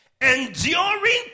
enduring